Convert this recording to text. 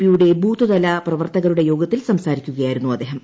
പിയുടെ ബൂത്തുതല പ്രവർത്തകരുടെ യോഗത്തിൽ സംസാരിക്കുകയായിരുന്നു അദ്ദേഹം